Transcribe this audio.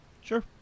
Sure